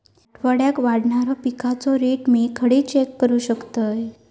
आठवड्याक वाढणारो पिकांचो रेट मी खडे चेक करू शकतय?